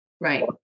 Right